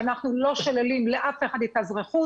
אנחנו לא שוללים לאף אחד את האזרחות.